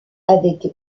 avec